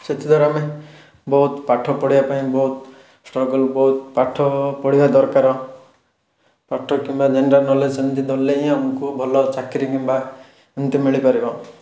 ସେଥିଦ୍ୱାରା ଆମେ ବହୁତ ପାଠ ପଢ଼ିବା ପାଇଁ ବୋହୁତ ଷ୍ଟ୍ରଗଲ୍ ବହୁତ ପାଠ ପଢ଼ିବା ଦରକାର ପାଠ କିମ୍ବା ଜେନେରାଲ୍ ନଲେଜ୍ ସେମିତି ଧରିଲେ ହିଁ ଆମକୁ ଭଲ ଚାକିରୀ କିମ୍ବା ଏମିତି ମିଳିପାରିବ